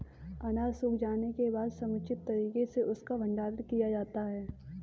अनाज सूख जाने के बाद समुचित तरीके से उसका भंडारण किया जाता है